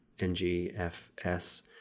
NGFS